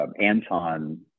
Anton